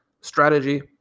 strategy